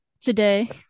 today